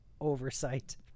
oversight